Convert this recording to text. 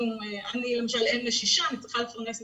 אני למשל אם לשישה, אני צריכה לפרנס משפחה.